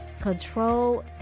control